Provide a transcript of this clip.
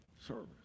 service